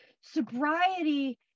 sobriety